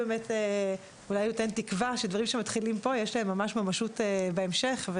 אולי יש תקווה שדברים שמתחילים פה יש להם ממשות בהמשך.